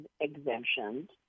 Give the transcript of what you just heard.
exemptions